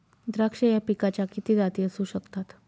द्राक्ष या पिकाच्या किती जाती असू शकतात?